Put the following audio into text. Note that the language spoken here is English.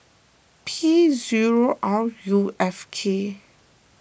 P zero R U F K